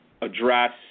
address